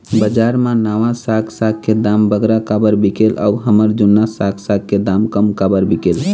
बजार मा नावा साग साग के दाम बगरा काबर बिकेल अऊ हमर जूना साग साग के दाम कम काबर बिकेल?